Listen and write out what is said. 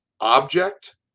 object